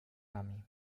nami